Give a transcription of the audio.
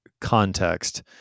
context